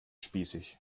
spießig